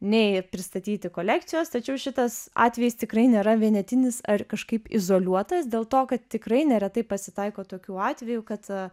nei pristatyti kolekcijos tačiau šitas atvejis tikrai nėra vienetinis ar kažkaip izoliuotas dėl to kad tikrai neretai pasitaiko tokių atvejų kad